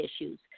issues